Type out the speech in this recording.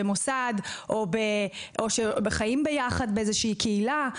במוסד או שחיים ביחד באיזושהי קהילה.